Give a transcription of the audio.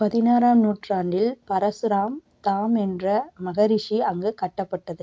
பதினாறாம் நூற்றாண்டில் பரசுராம் தாம் என்ற மகரிஷி அங்கு கட்டப்பட்டது